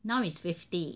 now it's fifty